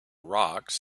rocks